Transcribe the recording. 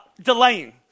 delaying